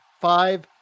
five